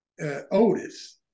Otis